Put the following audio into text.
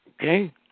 Okay